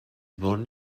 born